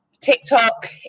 TikTok